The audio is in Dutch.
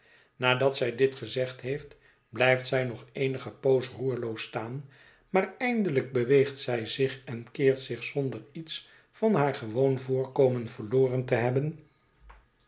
nadat zij dit gezegd heeft blijft zij nog eene poos roerloos staan maar eindelijk beweegt zij zich en keert zich zonder iets van haar gewoon voorkomen verloren te hebben